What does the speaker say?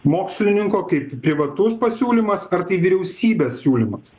mokslininko kaip privatus pasiūlymas ar tai vyriausybės siūlymas